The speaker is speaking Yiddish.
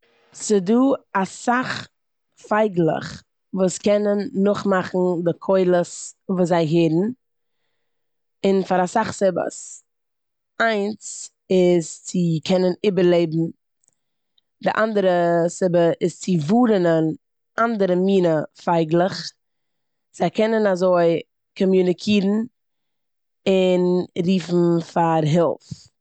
ס'דא אסאך פייגלעך וואס קענען נאכמאכן די קולות וואס זיי הערן און פאר אסאך סיבות. איינס איז צו קענען איבערלעבן, די אנדערע סיבה איז צו ווארענען אנדערע מינע פייגלעך, זיי קענען אזוי קאמיוניקירן און רופן פאר הילף.